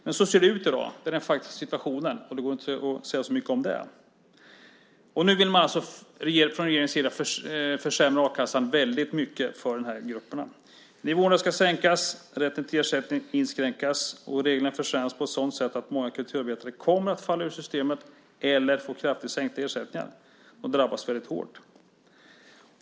Men så ser det ut i dag. Det är den faktiska situationen, och det går inte att säga så mycket om det. Nu vill man alltså från regeringens sida försämra a-kassan väldigt mycket för dessa grupper. Nivåerna ska sänkas, och rätten till ersättning ska inskränkas. Reglerna försämras på ett sådant sätt att många kulturarbetare kommer att falla ur systemet eller få kraftigt sänkta ersättningar och drabbas väldigt hårt.